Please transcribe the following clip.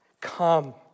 Come